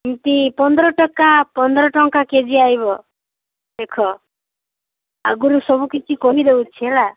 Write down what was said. ଏମିତି ପନ୍ଦର ଟକା ପନ୍ଦର ଟଙ୍କା କେଜି ଆଇବ ଦେଖ ଆଗରୁ ସବୁକିଛି କହି ଦେଉଛି ହେଲା